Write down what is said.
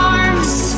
arms